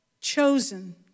chosen